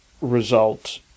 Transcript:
result